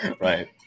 Right